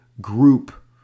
group